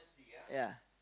ya